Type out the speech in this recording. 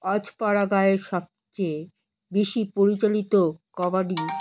অজ পাড়া গাঁয়ে সবচেয়ে বেশি প্রচলিত কবাডি